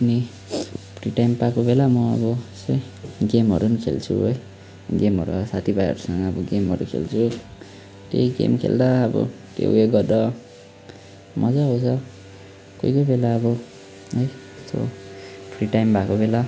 अनि free time पाएको बेला म अब त्यस्तै गेमहरू खेल्छु है गेमहरू अब साथी भाइहरूसँग अब गेमहरू खेल्छु त्यही गेम खेल्दा अब त्यो उयो गर्दा मजा आउँछ कोही कोही बेला अब है यसो फ्री टाइम भएको बेला